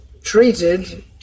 treated